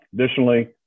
Additionally